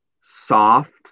soft